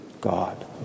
God